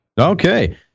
Okay